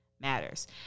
matters